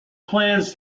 plans